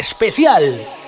...especial